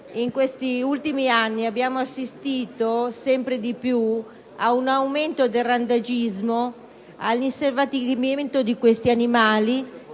in questi ultimi anni, abbiamo assistito sempre di più ad un aumento del randagismo, all'inselvatichimento di questi animali